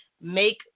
make